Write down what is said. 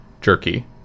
Jerky